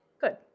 Good